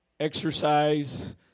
exercise